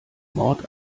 mord